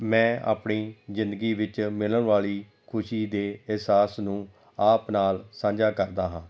ਮੈਂ ਆਪਣੀ ਜ਼ਿੰਦਗੀ ਵਿੱਚ ਮਿਲਣ ਵਾਲੀ ਖੁਸ਼ੀ ਦੇ ਅਹਿਸਾਸ ਨੂੰ ਆਪ ਨਾਲ ਸਾਂਝਾ ਕਰਦਾ ਹਾਂ